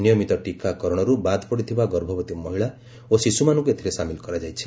ନିୟମିତ ଟୀକାକରଶରୁ ବାଦ୍ ପଡ଼ିଥିବା ଗଭବତୀ ମହିଳା ଓ ଶିଶୁମାନଙ୍କୁ ଏଥିରେ ସାମିଲ୍ କରାଯାଇଛି